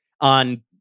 on